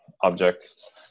object